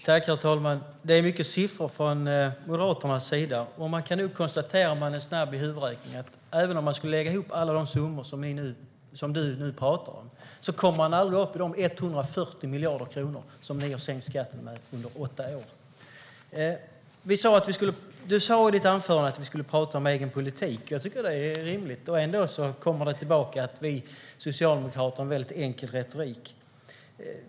Herr talman! Det är mycket siffror från Moderaternas sida, Ulrika Heindorff. Man kan nog konstatera om man är snabb i huvudräkning att även om man lägger ihop alla de summor som du nu talar om kommer man aldrig upp i de 140 miljarder kronor som ni har sänkt skatten med under åtta år. Du sa i ditt anförande att vi skulle tala om egen politik. Jag tycker att det är rimligt. Ändå kommer du tillbaka till att vi socialdemokrater har en väldigt enkel retorik.